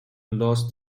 lost